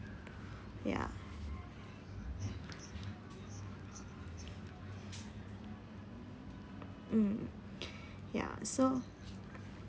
ya mm ya so